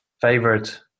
Favorite